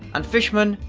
and fishman,